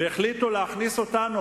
והחליטו להכניס אותנו.